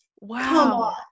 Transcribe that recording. wow